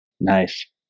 Nice